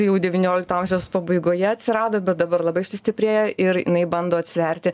jau devyniolikto amžiaus pabaigoje atsirado bet dabar labai sustiprėjo ir jinai bando atsverti